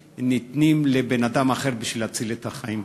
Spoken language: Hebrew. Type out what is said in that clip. ניתן לבן-אדם אחר בשביל להציל את החיים.